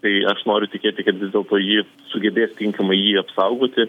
tai aš noriu tikėti kad vis dėlto ji sugebės tinkamai jį apsaugoti